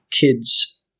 kids